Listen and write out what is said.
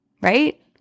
right